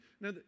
Now